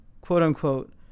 quote-unquote